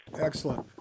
Excellent